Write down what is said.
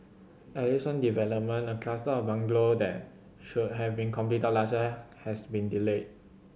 at least one development a cluster of bungalow that should have been completed last year has been delayed